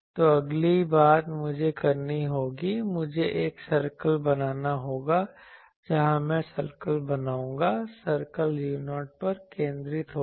तो अगली बात मुझे करनी होगी मुझे एक सर्कल बनाना होगा जहां मैं सर्कल बनाऊंगा सर्कल u0 पर केंद्रित होगा